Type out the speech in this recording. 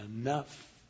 enough